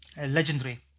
legendary